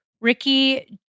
Ricky